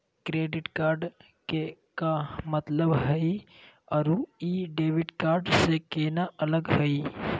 Credit card के का मतलब हई अरू ई डेबिट कार्ड स केना अलग हई?